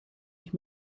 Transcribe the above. ich